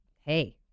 Hey